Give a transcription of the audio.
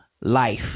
life